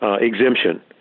exemption